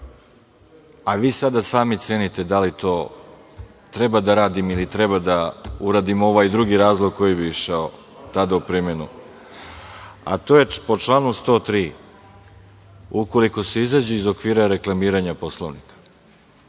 a vi sada sami cenite da li to trebam da radim ili trebam da uradim ovaj drugi razlog, koji bi išao tada u primenu, a to je po članu 103. – ukoliko se izađe iz okvira reklamiranja Poslovnika,